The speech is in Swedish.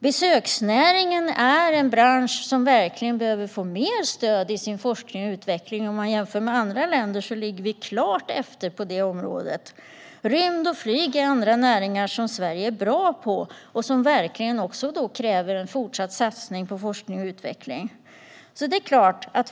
Besöksnäringen är en bransch som verkligen behöver få mer stöd i sin forskning och utveckling. Jämför man med andra länder ligger vi klart efter på detta område. Rymd och flyg är andra näringar som Sverige är bra på, där det också krävs fortsatta satsningar på forskning och utveckling.